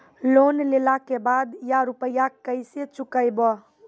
Loan लेला के बाद या रुपिया केसे चुकायाबो?